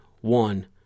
one